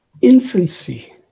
infancy